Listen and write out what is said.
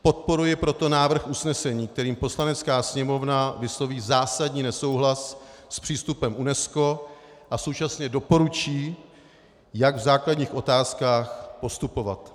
Podporuji proto návrh usnesení, kterým Poslanecká sněmovna vysloví zásadní nesouhlas s přístupem UNESCO a současně doporučí, jak v základních otázkách postupovat.